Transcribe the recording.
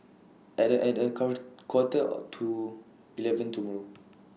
At A At A count Quarter to eleven tomorrow